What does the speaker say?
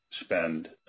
spend